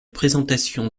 présentation